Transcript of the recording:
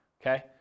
okay